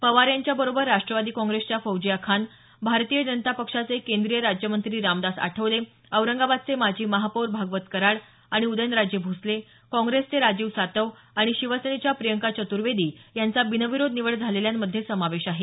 पवार यांच्याबरोबर राष्ट्रवादी काँग्रेसच्या फौजिया खान भारतीय जनता पक्षाचे केंद्रीय राज्यमंत्री रामदास आठवले औरंगाबादचे माजी महापौर भागवत कराड आणि उदयनराजे भोसले काँग्रेसचे राजीव सातव आणि शिवसेनेच्या प्रियंका चतुर्वेदी यांचा बिनविरोध निवड झालेल्यांमध्ये समावेश आहे